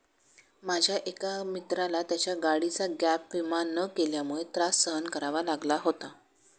माझ्या एका मित्राला त्याच्या गाडीचा गॅप विमा न केल्यामुळे त्रास सहन करावा लागला होता